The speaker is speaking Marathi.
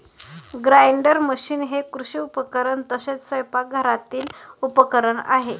ग्राइंडर मशीन हे कृषी उपकरण तसेच स्वयंपाकघरातील उपकरण आहे